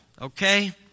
okay